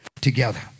together